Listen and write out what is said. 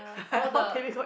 oh the